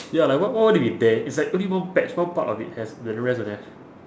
ya like wh~ wh~ why need to be there it's like only one patch one part of it has the the rest don't have